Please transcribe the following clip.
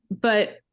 But-